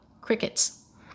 crickets